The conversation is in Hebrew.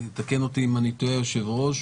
תקן אותי אם אני טועה, היושב-ראש